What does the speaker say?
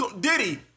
Diddy